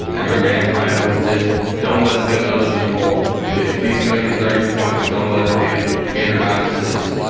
and our game plan was just don't let him get others involved. if he's gonna get thirty points, don't let him get eight or nine assists.